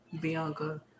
Bianca